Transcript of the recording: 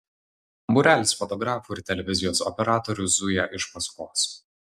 būrelis fotografų ir televizijos operatorių zuja iš paskos